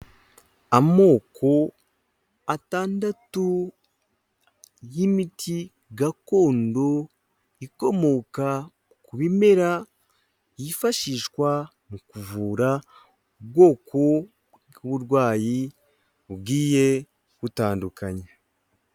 Amoko atandatu y'imiti gakondo ikomoka ku bimera, yifashishwa mu kuvura ubwoko bw'uburwayi bugiye butandukanye.